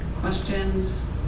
questions